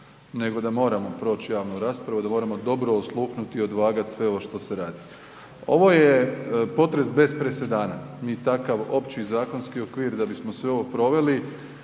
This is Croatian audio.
nego da moramo proći javnu raspravu, da moramo dobro osluhnuti i odvagati ovo što ste radi. Ovo je potres bez presedana, mi takav opći zakonski okvir da bismo sve ovo proveli